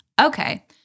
okay